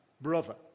brother